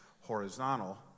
horizontal